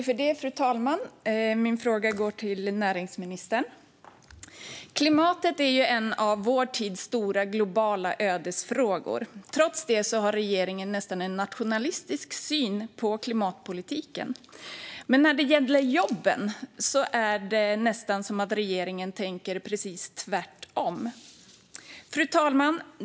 Fru talman! Min fråga går till näringsministern. Klimatet är en av vår tids stora globala ödesfrågor. Trots det har regeringen en nästan nationalistisk syn på klimatpolitiken. Men när det gäller jobben är det nästan som att regeringen tänker precis tvärtom. Fru talman!